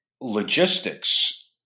logistics